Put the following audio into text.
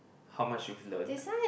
how much you've learned